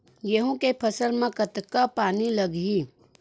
गेहूं के फसल म कतका पानी लगही?